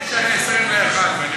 חשבתי שאני ה-21.